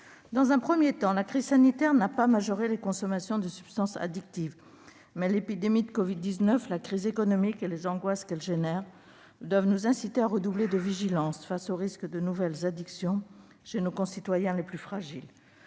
Dans un premier temps, la crise sanitaire n'a pas majoré les consommations de substances addictives, mais l'épidémie de covid-19, la crise économique et les angoisses qu'elles provoquent doivent nous inciter à redoubler de vigilance face aux risques de nouvelles addictions chez nos concitoyens les plus fragiles.